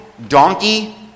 Donkey